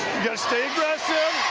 guys, stay aggressive,